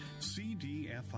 cdfi